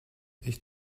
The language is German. ich